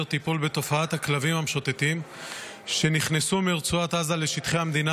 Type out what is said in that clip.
טיפול בתופעת הכלבים המשוטטים שנכנסו מרצועת עזה לשטחי המדינה